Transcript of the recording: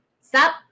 stop